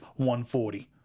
140